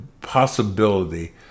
possibility